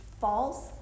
false